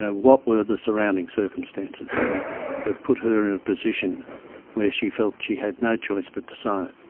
ah what were the surrounding circumstances that put her in a position where she felt she had no choice but to sign it?